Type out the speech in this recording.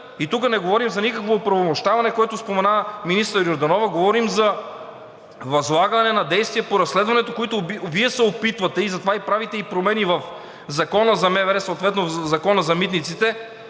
Тук не говорим за никакво оправомощаване, което спомена министър Йорданова, говорим за възлагане на действия по разследването, които Вие се опитвате – затова правите и промени в Закона за МВР, съответно в Закона за митниците,